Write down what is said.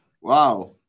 Wow